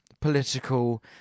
political